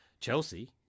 Chelsea